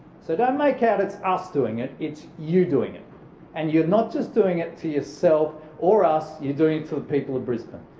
so don't make out it's us doing it, it's you doing it and you're not just doing it to yourself or us, you're doing it to the people of brisbane.